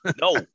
No